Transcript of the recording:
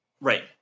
Right